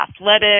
athletic